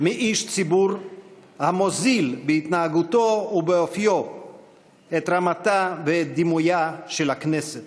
מאיש ציבור המוזיל בהתנהגותו או באופיו את רמתה ואת דימויה של הכנסת